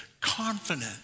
Confident